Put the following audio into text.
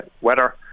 weather